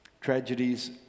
tragedies